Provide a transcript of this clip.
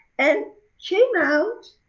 and came out.